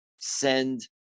send